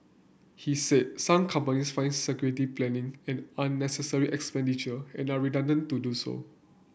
he said some companies find security planning an unnecessary expenditure and are reluctant to do so